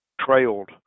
trailed